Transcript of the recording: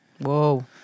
Whoa